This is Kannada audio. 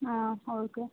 ಹಾಂ ಓಕೆ